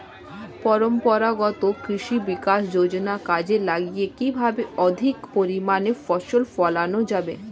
পরম্পরাগত কৃষি বিকাশ যোজনা কাজে লাগিয়ে কিভাবে অধিক পরিমাণে ফসল ফলানো যাবে?